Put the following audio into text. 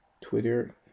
Twitter